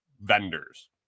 vendors